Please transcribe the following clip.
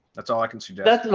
that's all i can see. that's,